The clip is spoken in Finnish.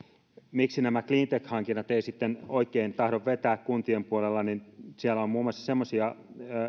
miksi nämä cleantech hankinnat eivät sitten oikein tahdo vetää kuntien puolella niin siellä on muun muassa semmoisia